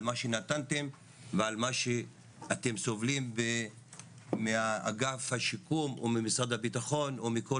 מה שנתתם ועל מה אתם סובלים ומהאגף השיקום וממשרד הביטחון ומכל